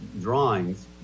drawings